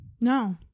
No